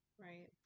right